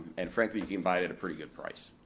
and frankly you can buy it at a pretty good price.